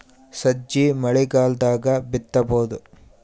ಸಜ್ಜಿ ಮಳಿಗಾಲ್ ದಾಗ್ ಬಿತಬೋದ?